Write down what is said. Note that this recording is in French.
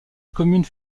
commune